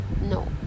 no